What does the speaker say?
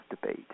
Debate